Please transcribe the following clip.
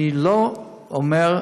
אני לא אומר: